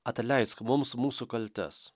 atleisk mums mūsų kaltes